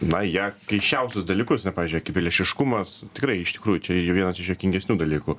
na ja keisčiausius dalykus na pavyzdžiui akiplėšiškumas tikrai iš tikrųjų čia jau vienas iš juokingesnių dalykų